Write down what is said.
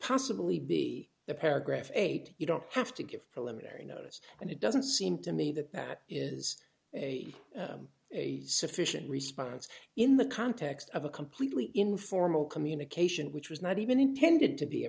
possibly be the paragraph eight you don't have to give preliminary notice and it doesn't seem to me that that is a sufficient response in the context of a completely informal communication which was not even intended to be a